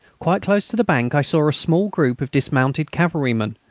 quite close to the bank i saw a small group of dismounted cavalrymen,